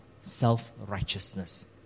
self-righteousness